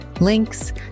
links